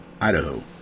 Idaho